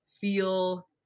feel